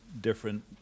different